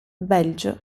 belgio